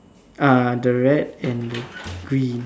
ah the red and the green